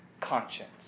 conscience